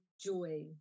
joy